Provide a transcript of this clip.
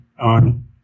on